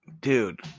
Dude